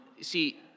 See